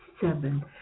seven